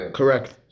correct